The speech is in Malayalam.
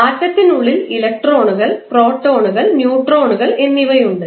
ആറ്റത്തിന് ഉള്ളിൽ ഇലക്ട്രോണുകൾ പ്രോട്ടോണുകൾ ന്യൂട്രോണുകൾ എന്നിവയുണ്ട്